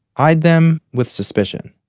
eyed them with suspicion.